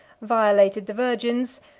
violated the virgins,